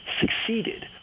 succeeded